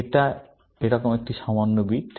এটা এরকম একটি সামান্য বিট